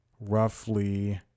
roughly